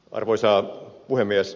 arvoisa puhemies